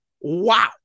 wow